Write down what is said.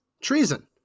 treason